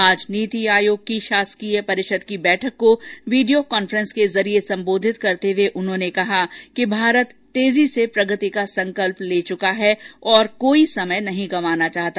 आज नीति आयोग की शासकीय परिषद की बैठक को वीडियो कांफ्रेंस के जरिये संबोधित करते हये उन्होंने कहा कि भारत तेजी से प्रगति का संकल्प ले चुका है और कोई समय नहीं गंवाना चाहता